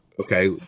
Okay